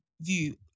view